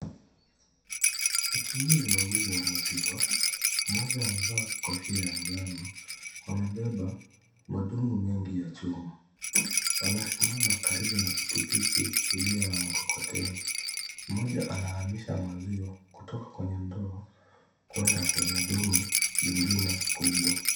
Wachuuzi wawili wa maziwa mmoja amevaa kofia ya njano amebeba madonu mengi ya chuma. Wanasimama karibu na pikipiki iliyo na mkokoteni. Mmoja anahamisha maziwa kutoka kwenye ndoo kuenda kwenye donu lingine kubwa.